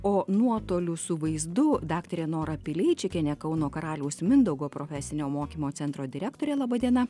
o nuotoliu su vaizdu daktarė nora pileičikienė kauno karaliaus mindaugo profesinio mokymo centro direktorė laba diena